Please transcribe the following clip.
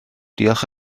diolch